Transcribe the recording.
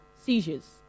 seizures